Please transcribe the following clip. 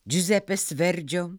džiuzepės verdžio